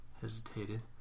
hesitated